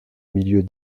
milieux